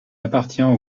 appartient